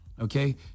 Okay